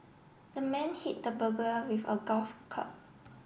the man hit the burglar with a golf cub